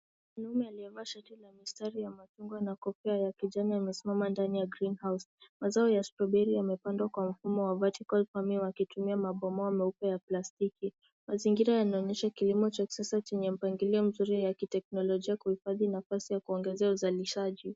Mwanaume aliyevaa shati la mistari ya machungwa na kofia ya kijani amesimama ndani ya greenhouse . Mazao ya stroberi yamepandwa kwa mfumo wa vertical wakitumia mabomba meupe ya plastiki. Mazingira yanaonyesha kilimo cha kisasa chenye mpangilio mzuri ya kiteknolojia kuhifadhi nafasi ya kuongeza uzalishaji.